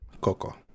Coco